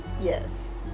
Yes